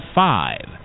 five